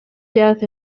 death